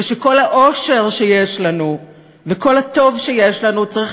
ושכל העושר שיש לנו וכל הטוב שיש לנו צריך